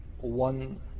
one